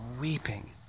weeping